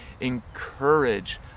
encourage